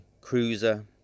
cruiser